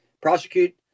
prosecute